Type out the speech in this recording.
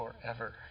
forever